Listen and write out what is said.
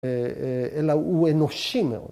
‫אלא הוא אנושי מאוד.